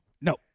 No